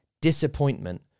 Disappointment